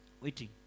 waiting